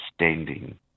understanding